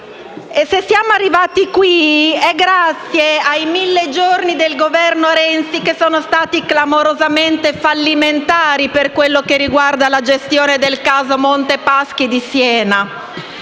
Se siamo arrivati qui è grazie ai mille giorni del Governo Renzi, che sono stati clamorosamente fallimentari per quanto riguarda la gestione del Monte Paschi di Siena